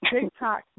TikTok